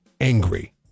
angry